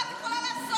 מה את יכולה לעשות?